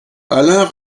alain